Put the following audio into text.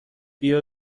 بیا